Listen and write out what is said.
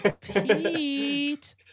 Pete